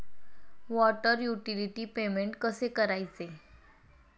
Water utility payment कसे करायचे?